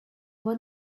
what